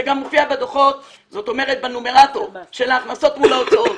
זה גם מופיע בדוחות של ההכנסות מול ההוצאות,